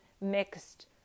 mixed